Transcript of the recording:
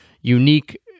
Unique